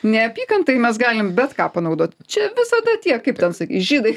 neapykantai mes galim bet ką panaudot čia visada tie kaip ten sakyt žydai